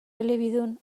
elebidun